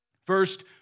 First